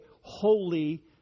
holy